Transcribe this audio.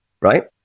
right